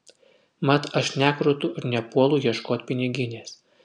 mat aš nekrutu ir nepuolu ieškot piniginės